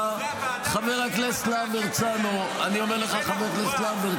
חבר הכנסת להב הרצנו,